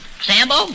Sambo